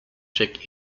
check